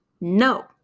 No